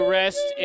rest